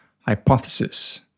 hypothesis